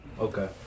Okay